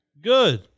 Good